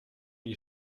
die